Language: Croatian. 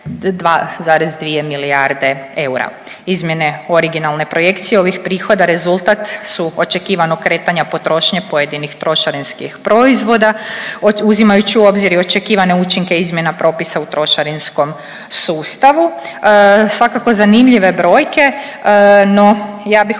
2,2 milijarde eura. Izmjene originalne projekcije ovih prihoda rezultat su očekivanog kretanja potrošnje pojedinih trošarinskih proizvoda uzimajući u obzir i očekivane učinke izmjena propisa u trošarinskom sustavu. Svakako zanimljive brojke, no ja bih